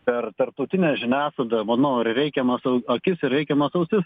per tarptautinę žiniasklaidą nori reikiamos akis ir reikiamas ausis